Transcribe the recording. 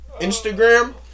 Instagram